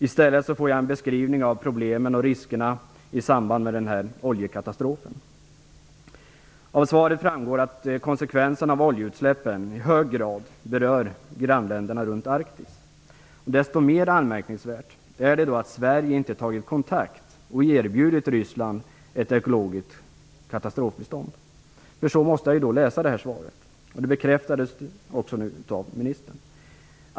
I stället får jag en beskrivning av problemen och riskerna i samband med oljekatastrofen. Av svaret framgår att konsekvenserna av oljeutsläppen i hög grad berör grannländerna runt Arktis. Desto mer anmärkningsvärt är det då att Sverige inte tagit kontakt och erbjudit Ryssland ett ekologiskt katastrofbistånd. Så måste jag läsa svaret, och det bekräftades också nu av ministern.